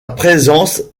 présence